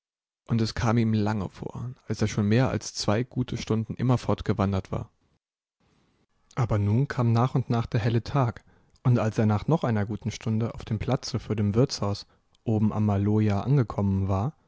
und es kam ihm lange vor als er schon mehr als zwei gute stunden immerfort gewandert war aber nun kam nach und nach der helle tag und als er nach noch einer guten stunde auf dem platze vor dem wirtshaus oben am maloja angekommen war